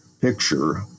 picture